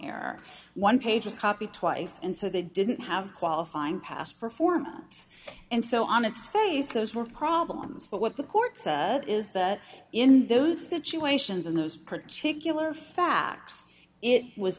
error one pages copy twice and so they didn't have qualifying past performance and so on its face those more problems but what the court said is that in those situations in those particular facts it was